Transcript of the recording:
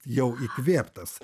jau įkvėptas